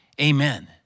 amen